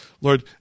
Lord